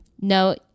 no